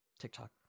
TikTok